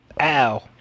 Ow